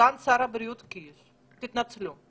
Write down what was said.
לסגן שר הבריאות מר קיש: תתנצלו.